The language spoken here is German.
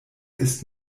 ist